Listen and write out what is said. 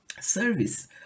service